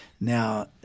Now